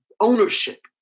ownership